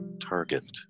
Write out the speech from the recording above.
target